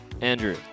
Andrew